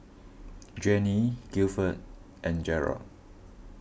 Jenny Guilford and Garold